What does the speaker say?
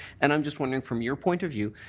and i'm just wondering, from your point of view,